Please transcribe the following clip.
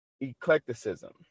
eclecticism